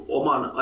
oman